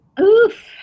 Oof